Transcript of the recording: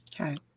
Okay